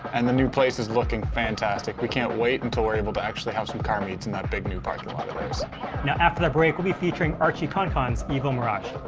and the new place is looking fantastic. we can't wait until we're able to actually have some car meets in that big new parking lot of theirs. you know after the break, we'll be featuring archie concon's evo mirage.